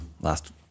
Last